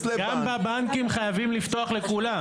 לבנק --- גם בבנקים חייבים לפתוח לכולם.